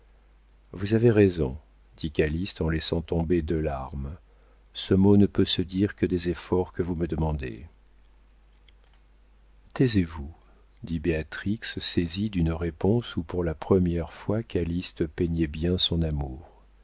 vous avez raison dit calyste en laissant tomber deux larmes ce mot ne peut se dire que des efforts que vous me demandez taisez-vous dit béatrix saisie d'une réponse où pour la première fois calyste peignait bien son amour